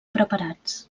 preparats